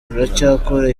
turacyakora